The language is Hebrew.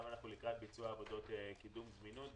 עכשיו אנחנו לקראת ביצוע עבודות קידום זמינות.